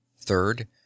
THIRD